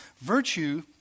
Virtue